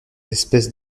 espèces